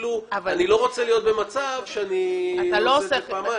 אני לא רוצה להיות במצב שאני עושה את זה פעמיים.